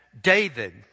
David